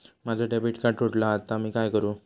माझा debit card तुटला हा आता मी काय करू?